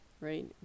right